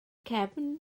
cefn